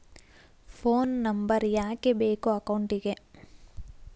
Phone number ಯಾಕೆ ಬೇಕು ಅಕೌಂಟಿಗೆ?